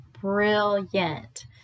brilliant